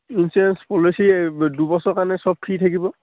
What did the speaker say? insurance policy দুবছৰ কাৰণে চব ফ্ৰী থাকিব